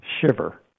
shiver